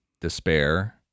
despair